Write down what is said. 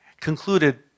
concluded